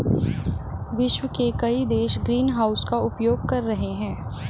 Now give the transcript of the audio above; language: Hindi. विश्व के कई देश ग्रीनहाउस का उपयोग कर रहे हैं